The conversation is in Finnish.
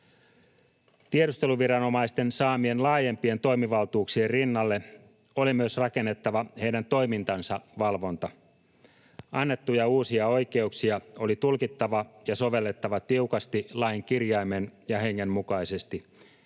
Tiedusteluviranomaisten saamien laajempien toimivaltuuksien rinnalle oli myös rakennettava heidän toimintansa valvonta. Annettuja uusia oikeuksia on tulkittava ja sovellettava tiukasti lain kirjaimen ja hengen mukaisesti.